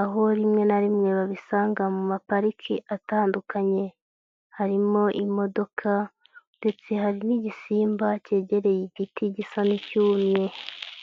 aho rimwe na rimwe babisanga mu mapariki atandukanye, harimo imodoka ndetse hari n'igisimba kegereye igiti gisa n'icyumye.